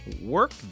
work